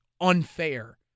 Unfair